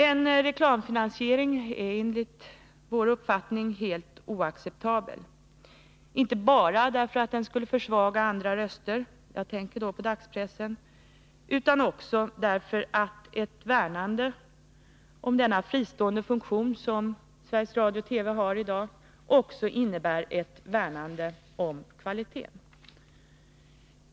En reklamfinansiering är enligt vår uppfattning helt oacceptabel, inte bara därför att den skulle försvaga andra röster — jag tänker på dagspressen — utan också därför att ett värnande om den fristående funktion som Sveriges Radio-TV i dag har också innebär ett värnande om kvaliteten.